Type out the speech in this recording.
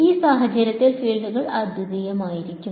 ഈ സാഹചര്യത്തിൽ ഫീൽഡുകൾ അദ്വിതീയമായിരിക്കും